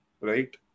right